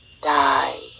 died